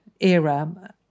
era